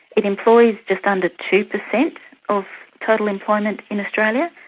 it employs just under two percent of total employment in australia.